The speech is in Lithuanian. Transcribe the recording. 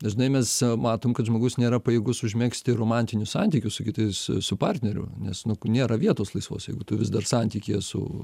dažnai mes matom kad žmogus nėra pajėgus užmegzti romantinių santykių su kitais su partneriu nes nėra vietos laisvos jeigu tu vis dar santykyje su